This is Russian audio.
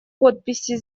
подписи